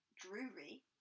Drury